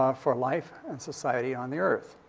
ah for life and society on the earth.